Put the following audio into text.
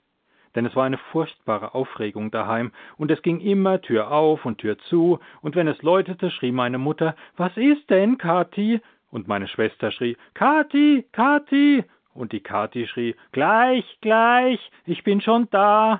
denn es war eine furchtbare aufregung daheim und es ging immer tür auf und tür zu und wenn es läutete schrie meine mutter was ist denn kathi und meine schwester schrie kathi kathi und die kathi schrie gleich gleich ich bin schon da